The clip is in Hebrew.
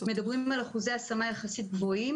מדברים על אחוזי השמה גבוהים יחסית.